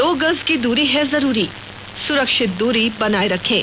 दो गज की दूरी है जरूरी सुरक्षित दूरी बनाए रखें